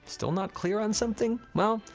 still not clear on something? well,